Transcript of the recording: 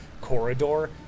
corridor